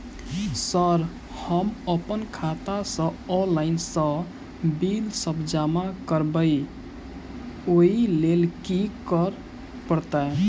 Sir हम अप्पन खाता सऽ ऑनलाइन सऽ बिल सब जमा करबैई ओई लैल की करऽ परतै?